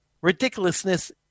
ridiculousness